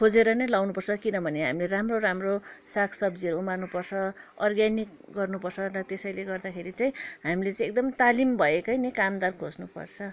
खोजेर नै लगाउनु पर्छ किनभने हामीले राम्रो राम्रो सागसब्जीहरू उमार्नुपर्छ अर्ग्यानिक गर्नुपर्छ र त्यसैले गर्दाखेरि चाहिँ हामीले चाहिँ एकदम तालिम भएकै कामदार खोज्नुपर्छ